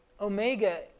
omega